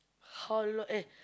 how lo~ eh